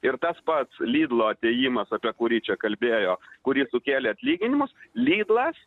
ir tas pats lidlo atėjimas apie kurį čia kalbėjo kuris sukėlė atlyginimus lydlas